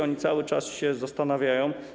Oni cały czas się zastanawiają.